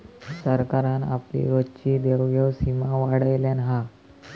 सरकारान आपली रोजची देवघेव सीमा वाढयल्यान हा